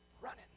running